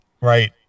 right